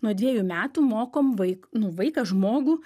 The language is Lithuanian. nuo dvejų metų mokom vaik nu vaiką žmogų